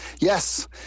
Yes